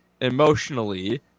emotionally